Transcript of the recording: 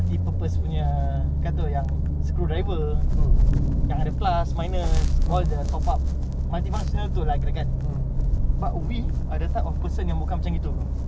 you know because of this type of thing I'm trying to hold myself back unless kerja ya lah if like kau cakap dengan aku let's say kita punya kerja tak terganggu eh macam dulu eh timing baik gaji baik kan aku rasa dah mau join